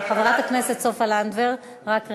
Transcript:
חברת הכנסת סופה לנדבר, רק רגע.